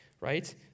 Right